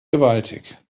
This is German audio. gewaltig